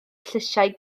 llysiau